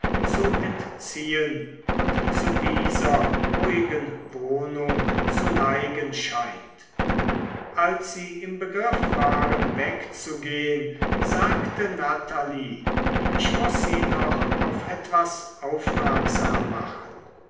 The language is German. zu entziehen und zu dieser ruhigen wohnung zu neigen scheint als sie im begriff waren wegzugehn sagte natalie ich muß sie noch auf etwas aufmerksam machen